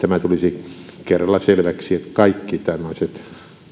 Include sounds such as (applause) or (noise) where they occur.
(unintelligible) tämä tulisi kerralla selväksi että kaikki tämmöiset